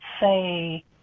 say